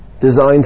designed